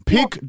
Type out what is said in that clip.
Pick